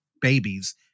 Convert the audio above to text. babies